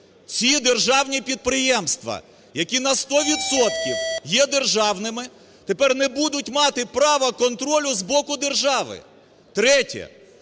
Ці державні підприємства, які на 100 відсотків є державними, тепер не будуть мати права контролю з боку держави.